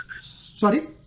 Sorry